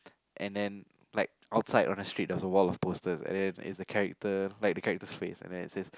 and then like outside on the streets there's a wall of posters and then is the characters like the character's face and then it says